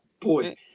boy